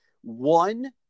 one